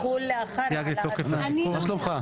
הצבעה בעד, 7 נגד, 8 נמנעים, אין לא אושר.